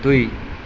दुई